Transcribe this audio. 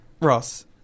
Ross